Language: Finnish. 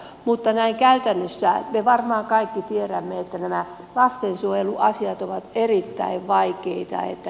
mutta näin käytännössä me varmaan kaikki tiedämme että nämä lastensuojeluasiat ovat erittäin vaikeita